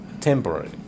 temporary